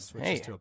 Hey